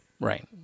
Right